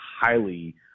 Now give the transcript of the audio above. highly